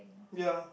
ya